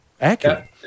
accurate